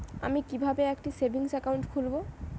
আমি কিভাবে একটি সেভিংস অ্যাকাউন্ট খুলব?